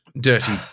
Dirty